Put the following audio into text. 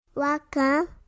Welcome